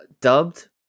dubbed